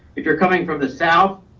if you're coming from the south,